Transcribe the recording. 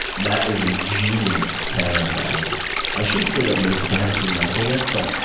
matt is a genius carryon bag i shouldn't say that maybe, since i haven't seen the article, yet. but